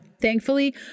Thankfully